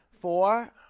four